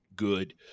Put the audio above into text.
good